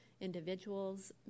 individuals